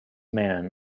man